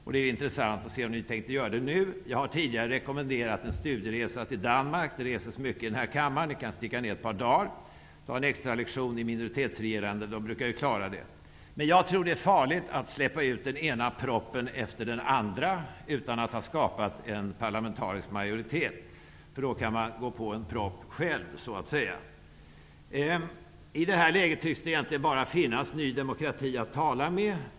Det är intressant att se om den tänker göra det nu. Jag har tidigare rekommenderat en studieresa till Danmark. Det reses mycket i denna kammare. Ni kan sticka ner till Danmark på ett par dagar och få en extra lektion i minoritetsregerande. Danskarna brukar ju klara det. Jag tror att det är farligt att släppa ut den ena proppen efter den andra utan att ha skapat en parlamentarisk majoritet. Då kan man, så att säga, gå på en propp själv. I det här läget tycks det egentligen bara finnas Ny demokrati att tala med.